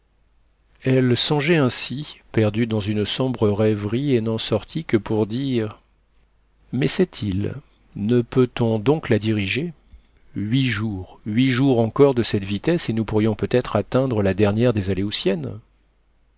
elle songeait ainsi perdue dans une sombre rêverie et n'en sortit que pour dire mais cette île ne peut-on donc la diriger huit jours huit jours encore de cette vitesse et nous pourrions peut-être atteindre la dernière des aléoutiennes